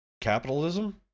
capitalism